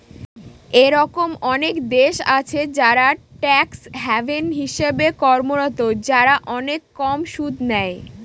এরকম অনেক দেশ আছে যারা ট্যাক্স হ্যাভেন হিসেবে কর্মরত, যারা অনেক কম সুদ নেয়